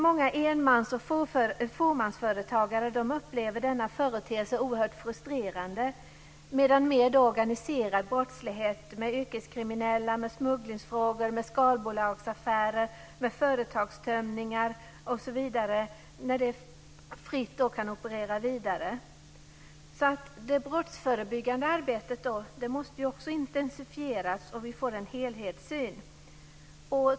Många enmans och fåmansföretagare upplever denna företeelse oerhört frustrerande samtidigt som mer organiserad brottslighet med yrkeskriminella, smugglingsfrågor, skalbolagsaffärer, företagstömningar osv. fritt kan operera vidare. Det brottsförebyggande arbetet måste också intensifieras så att vi får en helhetssyn.